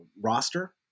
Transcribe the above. roster